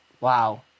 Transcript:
wow